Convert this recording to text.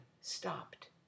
stopped